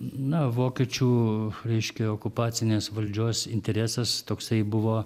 na vokiečių reiškia okupacinės valdžios interesas toksai buvo